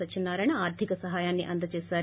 సత్యనారాయణ ఆర్గిక సహాయాన్ని అందచేశారు